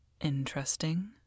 interesting